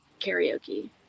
karaoke